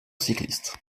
cycliste